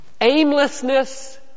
Aimlessness